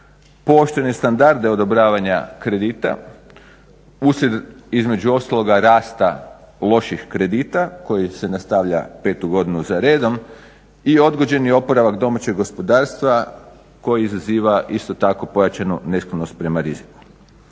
poštene standarde odobravanja kredita uslijed između ostaloga rasta loših kredita koji se nastavlja petu godinu zaredom i odgođen je oporavak domaćeg gospodarstva koji izaziva isto tako pojačanu nesklonost prema riziku.